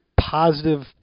positive